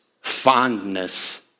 fondness